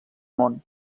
món